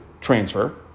transfer